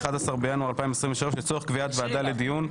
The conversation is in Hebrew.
11 בינואר 2023 ,לצורך קביעת ועדה לדיון.